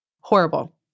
horrible